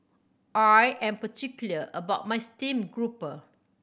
I am particular about my steamed grouper